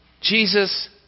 Jesus